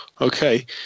okay